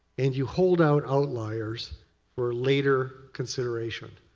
and you hold out outliers for later consideration.